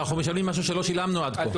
אנחנו משלמים משהו שלא שילמנו עד כה.